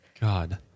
God